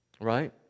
right